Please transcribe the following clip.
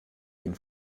den